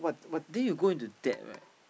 then you go into debt right